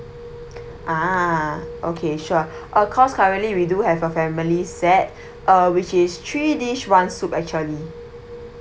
ah okay sure uh course currently we do have a family set uh which is three dish one soup actually